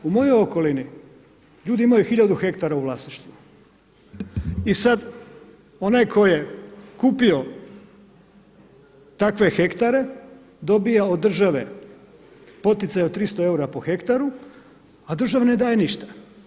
U mojoj okolini ljudi imaju tisuću hektara u vlasništvu i sad onaj tko je kupio takve hektare dobiva od države poticaj od 300 eura po hektaru a državi ne daje ništa.